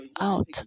out